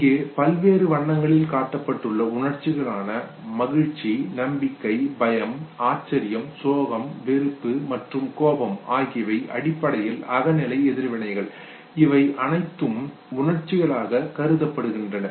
இங்கே பல்வேறு வண்ணங்களில் காட்டப்பட்டுள்ள உணர்ச்சிகளான மகிழ்ச்சி நம்பிக்கை பயம் ஆச்சரியம் சோகம் வெறுப்பு மற்றும் கோபம் ஆகியவை அடிப்படையில் அகநிலை எதிர்வினைகள் இவை அனைத்தும் உணர்ச்சிகளாக கருதப்படுகின்றன